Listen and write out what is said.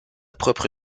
propre